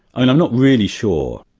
i mean, i'm not really sure,